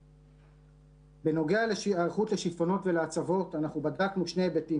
בנוגע להיערכות לשיטפונות ולהצפות בדקנו שני היבטים,